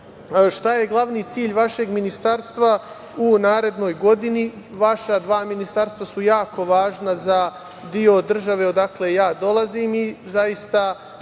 Šta je glavni cilj vašeg ministarstva u narednoj godini? Vaša dva ministarstva su jako važna za deo države, odakle ja dolazim i zaista